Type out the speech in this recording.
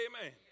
amen